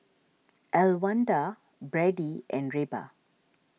Elwanda Brady and Reba